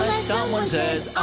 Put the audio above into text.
ah someone says